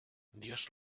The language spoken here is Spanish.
dios